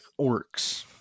orcs